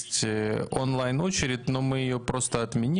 יש לנו גם תורים אונליין,